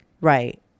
Right